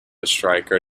striker